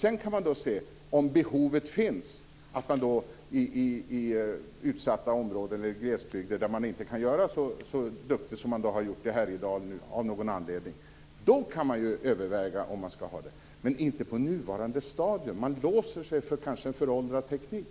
Sedan kan man se om behovet finns i utsatta områden eller i glesbygder där man inte kan göra det så bra som man har gjort i Härjedalen av någon anledning. Då kan man ju överväga om man ska ha det här, men inte på nuvarande stadium. Man låser sig kanske för en föråldrad teknik.